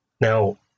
Now